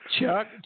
Chuck